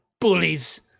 bullies